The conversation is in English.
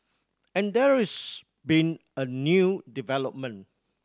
and there is been a new development